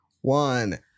one